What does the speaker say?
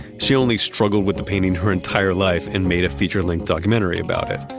she only struggled with the painting her entire life and made a feature-length documentary about it.